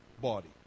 body